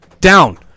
down